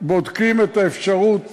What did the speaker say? בודקים את האפשרות